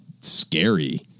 scary